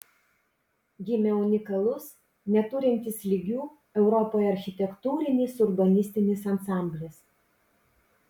gimė unikalus neturintis lygių europoje architektūrinis urbanistinis ansamblis